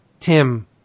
Tim